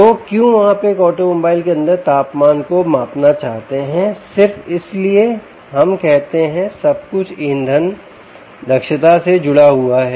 तो क्यों आप एक ऑटोमोबाइल के अंदर तापमान को मापना चाहते हैं सिर्फ इसलिए हम कहते हैं सब कुछ ईंधन दक्षता से जुड़ा हुआ है